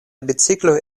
bicikloj